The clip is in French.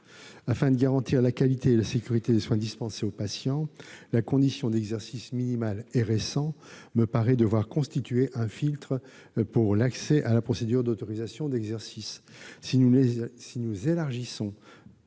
Afin de garantir la qualité et la sécurité des soins dispensés aux patients, la condition d'exercice minimal et récent me paraît devoir constituer un filtre pour l'accès à la procédure d'autorisation d'exercice.